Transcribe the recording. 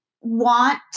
want